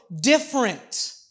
different